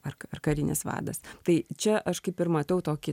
ar ar karinis vadas tai čia aš kaip ir matau tokį